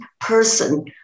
person